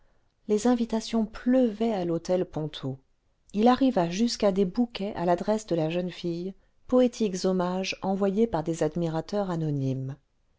les invitations pleuraient à l'hôtel ponto il arriva jusqu'à des bouquets à l'adresse de la jeune fille poétiques hommages envojrés par des admirateurs anonymes